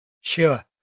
sure